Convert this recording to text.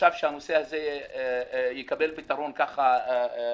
וחשב שהנושא הזה יקבל פתרון בעצמו,